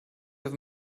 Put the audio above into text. have